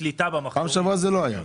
בפעם שעברה זה לא היה.